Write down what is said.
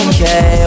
Okay